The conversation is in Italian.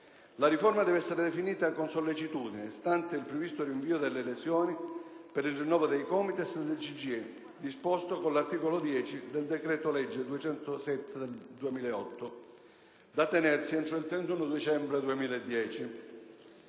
La riforma deve essere definita con sollecitudine, stante il previsto rinvio delle elezioni per il rinnovo dei COMITES e del CGIE, disposto con l'articolo 10 del decreto-legge n. 207 del 2008, da tenersi entro il 31 dicembre 2010.